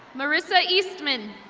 marissa eastman.